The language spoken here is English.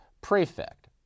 prefect